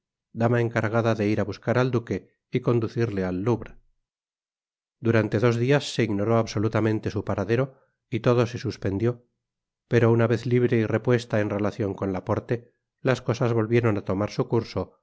dama encargada de ir á buscar al duque y conducirle al louvre durante dos dias se ignoró absolutamente su paradero y todo se suspendió pero una vez libre y repuesta en relacion con laporte las cosas volvieron á tomar su curso